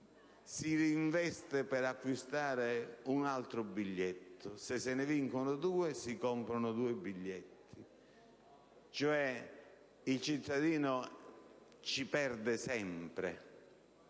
si reinveste per acquistare un altro biglietto, se se ne vincono due si comprano due biglietti. Il cittadino perde sempre.